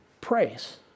Praise